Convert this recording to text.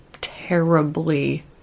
terribly